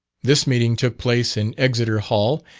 this meeting took place in exeter hall,